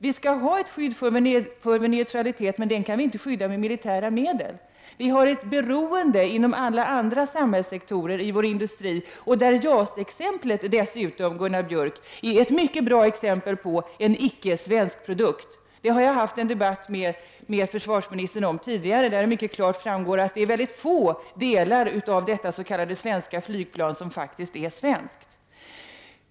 Vi skall ha ett skydd för vår neutralitet, men den kan vi inte skydda med militära medel. Vi har ett beroende inom alla andra samhällssektorer i vår industri, och där JAS-exemplet dessutom, Gunnar Björk, är ett mycket bra exempel på en icke-svensk produkt. Detta har jag fört en debatt om med försvarsministern tidigare. Då framgick det att det är mycket få delar av detta s.k. svenska flygplan som faktiskt är svenska.